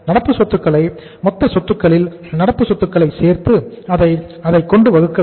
நடப்பு சொத்துக்களை மொத்த சொத்துக்களில் நடப்பு சொத்துக்களை சேர்த்து அதை அதைக்கொண்டு வகுக்க வேண்டும்